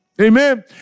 Amen